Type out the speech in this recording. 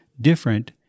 different